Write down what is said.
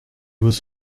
was